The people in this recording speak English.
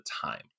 time